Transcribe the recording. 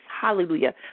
hallelujah